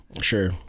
Sure